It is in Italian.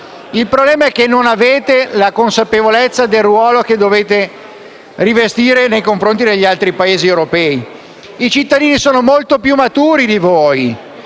Il problema è che non avete la consapevolezza del ruolo che dovete rivestire nei confronti degli altri Paesi europei. I cittadini sono molto più maturi di voi.